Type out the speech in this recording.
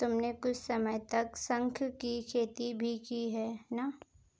तुमने कुछ समय तक शंख की खेती भी की है ना?